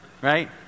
right